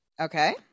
okay